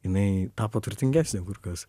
jinai tapo turtingesnė kur kas